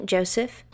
Joseph